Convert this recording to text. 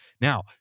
Now